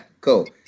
cool